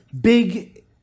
big